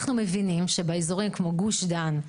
אנחנו מבינים שבאזורים כמו גוש דן,